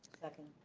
second.